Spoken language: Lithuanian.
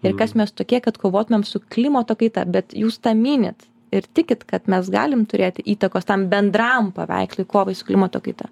ir kas mes tokie kad kovotumėm su klimato kaita bet jūs minit ir tikit kad mes galim turėti įtakos tam bendram paveikslui kovai su klimato kaita